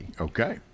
Okay